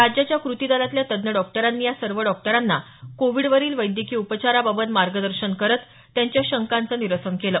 राज्याच्या कृती दलातल्या तज्ज्ञ डॉक्टरांनी या सर्व डॉक्टरांना कोविडवरील वैद्यकीय उपचाराबाबत मार्गदर्शन करत त्यांच्या शंकांचं निरसन केलं